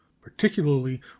particularly